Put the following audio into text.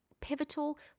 pivotal